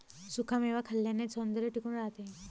सुखा मेवा खाल्ल्याने सौंदर्य टिकून राहते